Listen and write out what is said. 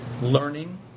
learning